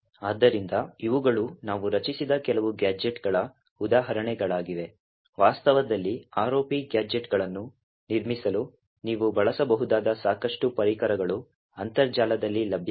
ಆದ್ದರಿಂದ ಇವುಗಳು ನಾವು ರಚಿಸಿದ ಕೆಲವು ಗ್ಯಾಜೆಟ್ಗಳ ಉದಾಹರಣೆಗಳಾಗಿವೆ ವಾಸ್ತವದಲ್ಲಿ ROP ಗ್ಯಾಜೆಟ್ಗಳನ್ನು ನಿರ್ಮಿಸಲು ನೀವು ಬಳಸಬಹುದಾದ ಸಾಕಷ್ಟು ಪರಿಕರಗಳು ಅಂತರ್ಜಾಲದಲ್ಲಿ ಲಭ್ಯವಿವೆ